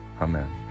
Amen